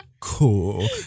cool